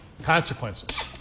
consequences